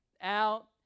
out